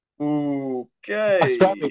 Okay